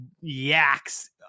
yaks